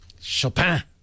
Chopin